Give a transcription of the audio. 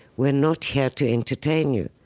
we're not here to entertain you.